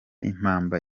impamba